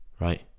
right